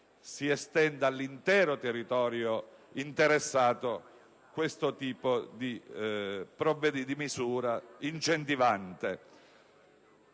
si estenda all'intero territorio interessato questo tipo di misura incentivante.